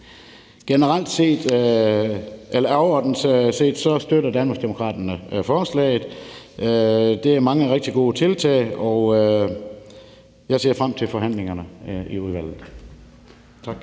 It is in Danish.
internettet. Overordnet set støtter Danmarksdemokraterne forslaget. Det er mange rigtig gode tiltag, og jeg ser frem til forhandlingerne i udvalget. Tak.